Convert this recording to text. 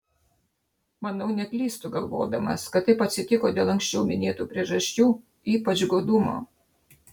manau neklystu galvodamas kad taip atsitiko dėl anksčiau minėtų priežasčių ypač godumo